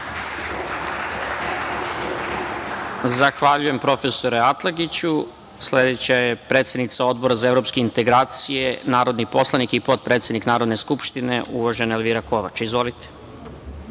Zahvaljujem, profesore Atlagiću. Sledeća je predsednica Odbora za evropske integracije, narodni poslanik i potpredsednik Narodne skupštine uvažena Elvira Kovač. Izvolite.